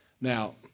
Now